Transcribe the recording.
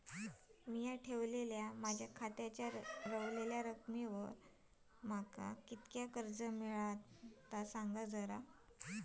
मी माझ्या खात्याच्या ऱ्हवलेल्या रकमेवर माका किती कर्ज मिळात ता सांगा?